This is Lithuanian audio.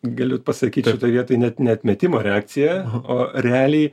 galiu pasakyt šitoj vietoj net ne atmetimo reakcija o realiai